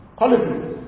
qualities